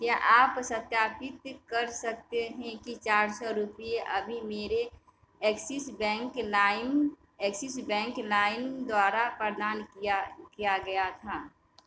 क्या आप सत्यापित कर सकते हैं कि चार सौ रुपये अभी मेरे Axis bank Lime Axis bank Lime द्वारा प्रदान किया किया गया था